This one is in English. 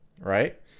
right